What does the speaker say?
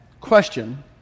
question